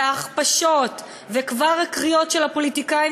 וההכפשות וכבר הקריאות של הפוליטיקאים